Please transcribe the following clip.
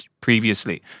previously